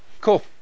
Cool